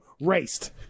raced